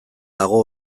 dago